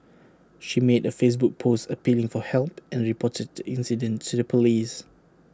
she made A Facebook post appealing for help and reported the incident to the Police